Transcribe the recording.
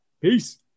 Peace